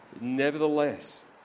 Nevertheless